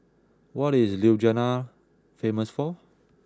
what is Ljubljana famous for